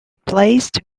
placed